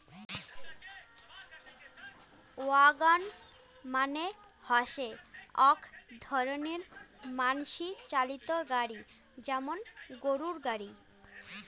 wagon মানে হসে আক রকমের মানসি চালিত গাড়ি যেমন গরুর গাড়ি